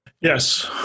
Yes